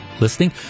listening